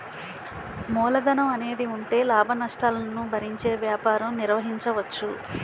మూలధనం అనేది ఉంటే లాభనష్టాలను భరించే వ్యాపారం నిర్వహించవచ్చు